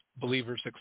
believers